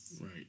Right